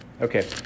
Okay